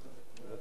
אדוני היושב-ראש,